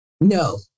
No